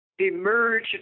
Emerge